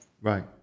Right